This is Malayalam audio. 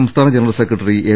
സംസ്ഥാന ജനറൽ സെക്രട്ടറി എം